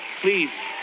please